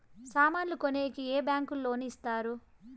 సామాన్లు కొనేకి ఏ బ్యాంకులు లోను ఇస్తారు?